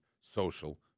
social